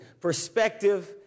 perspective